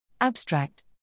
Abstract